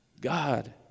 God